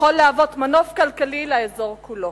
יכול להוות מנוף כלכלי לאזור כולו.